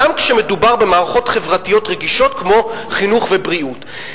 גם כשמדובר במערכות חברתיות רגישות כמו חינוך ובריאות.